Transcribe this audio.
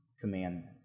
commandment